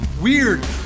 weird